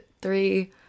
three